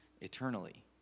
eternally